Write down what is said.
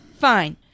Fine